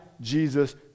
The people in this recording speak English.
jesus